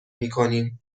میکنیم